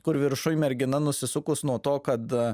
kur viršuj mergina nusisukus nuo to kad